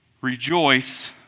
rejoice